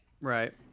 Right